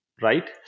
right